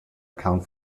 account